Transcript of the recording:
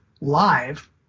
live